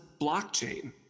blockchain